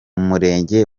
murenge